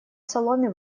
соломе